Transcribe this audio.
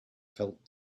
felt